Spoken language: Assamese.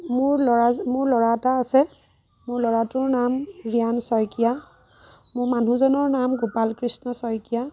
মোৰ ল'ৰা মোৰ ল'ৰা এটা আছে মোৰ ল'ৰাটোৰ নাম ৰিয়ান শইকীয়া মোৰ মানুহজনৰ নাম গোপাল কৃষ্ণ শইকীয়া